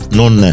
non